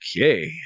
Okay